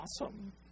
awesome